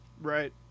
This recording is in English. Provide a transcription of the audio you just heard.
Right